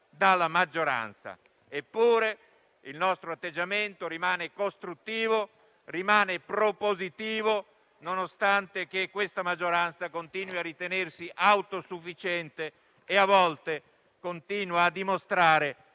per cambiare. Eppure il nostro atteggiamento rimane costruttivo e propositivo, nonostante questa maggioranza continui a ritenersi autosufficiente e, a volte, continui a dimostrare